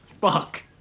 Fuck